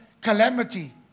calamity